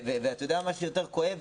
אתה יודע מה יותר כואב?